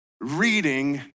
reading